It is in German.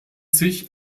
sich